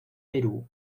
perú